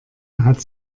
hat